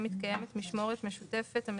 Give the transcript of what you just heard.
משפחות עם הרבה ילדים,